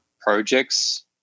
projects